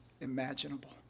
imaginable